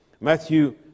Matthew